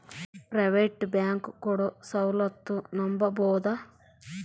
Private bank ಕೊಡೊ ಸೌಲತ್ತು ನಂಬಬೋದ?